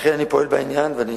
לכן אני פועל בעניין, ואני